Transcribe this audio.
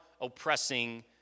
oppressing